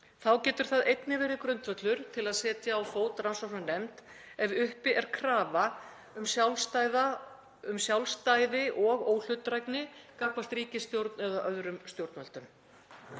Þá getur það einnig verið grundvöllur til að setja á fót rannsóknarnefnd ef uppi er krafa um sjálfstæði og óhlutdrægni gagnvart ríkisstjórn eða öðrum stjórnvöldum.